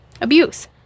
abuse